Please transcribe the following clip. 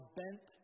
bent